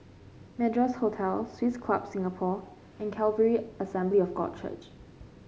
Madras Hotel Swiss Club Singapore and Calvary Assembly of God Church